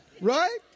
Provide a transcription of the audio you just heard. Right